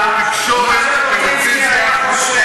מר הרצוג, שמעתי אותך.